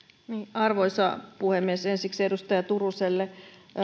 arvoisa puhemies ensiksi edustaja turuselle